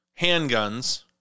handguns